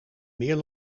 meer